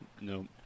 Nope